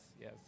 yes